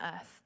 earth